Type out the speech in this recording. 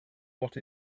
what